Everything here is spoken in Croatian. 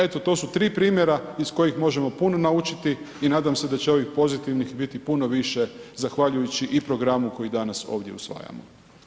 Eto to su tri primjera iz kojih možemo puno naučiti i nadam se da će ovih pozitivnih biti puno više zahvaljujući i program koji danas ovdje usvajamo.